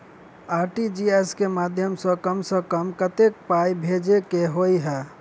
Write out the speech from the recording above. RTGS केँ माध्यम सँ कम सऽ कम केतना पाय भेजे केँ होइ हय?